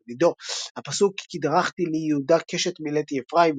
בן עדו הפסוק "כי-דרכתי לי יהודה קשת מלאתי אפרים,